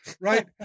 Right